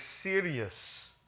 serious